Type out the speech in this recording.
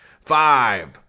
Five